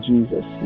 Jesus